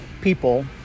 people